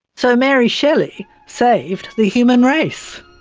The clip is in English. so mary shelley saved the human race.